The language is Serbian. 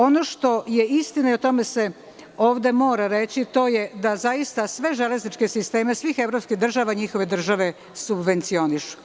Ono što je istina i to se ovde mora reći, a to je da zaista sve železničke sisteme, svih evropskih država, njihove države subvencionišu.